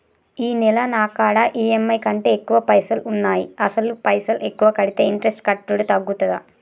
ఈ నెల నా కాడా ఈ.ఎమ్.ఐ కంటే ఎక్కువ పైసల్ ఉన్నాయి అసలు పైసల్ ఎక్కువ కడితే ఇంట్రెస్ట్ కట్టుడు తగ్గుతదా?